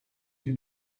you